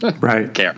Right